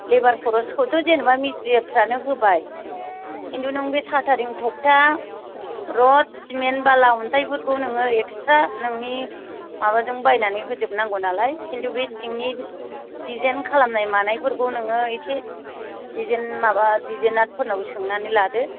लेबार खरसखौथ' जेनेबा मिसट्रिफ्रानो होबाय खिन्थु नों साथारिं थगथा र'द सिमेन्ट बाला अनथाइफोरखौ नोङो एकस्रा नोंनि माबाजों बायनानै होजोबनांगौ नालाय खिन्थु बे सिंनि डिजाइन खालामनाय मानायफोरखौ नोङो एसे डिजाइन माबा डिजेनारफोरनाव सोंनानै लादो